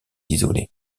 isolé